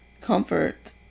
comfort